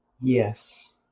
Yes